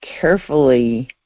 carefully